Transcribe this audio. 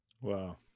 Wow